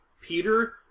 Peter